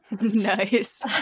Nice